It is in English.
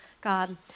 God